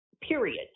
period